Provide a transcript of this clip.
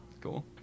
Cool